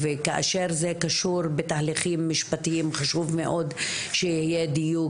וכאשר זה קשור בתהליכים משפטיים חשוב מאוד שיהיה דיוק